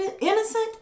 innocent